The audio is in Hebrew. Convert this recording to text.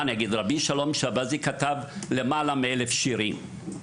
רבי שלום שבזי כתב למעלה מ-1,000 שירים,